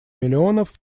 миллионов